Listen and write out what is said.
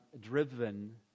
driven